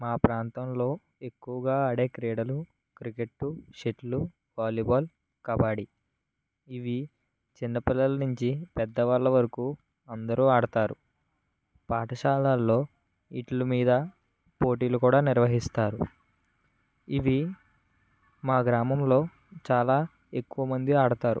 మా ప్రాంతంలో ఎక్కువగా ఆడే క్రీడల్లో క్రికెట్ షటిల్ వాలీబాల్ కబడ్డీ ఇవి చిన్న పిల్లల నుంచి పెద్దవాళ్ళ వరకు అందరూ ఆడతారు పాఠశాలలో వీటి మీద పోటీలు కూడా నిర్వహిస్తారు ఇవి మా గ్రామంలో చాలా ఎక్కువ మంది ఆడతారు